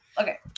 okay